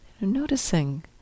noticing